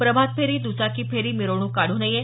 प्रभात फेरी दुचाकीफेरी मिरवणूक काढू नये